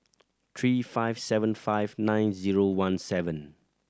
three five seven five nine zero one seven